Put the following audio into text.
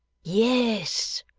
yes,